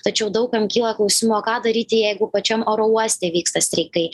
tačiau daug kam kyla klausimų o ką daryti jeigu pačiam oro uoste vyksta streikai